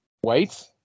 white